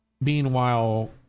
meanwhile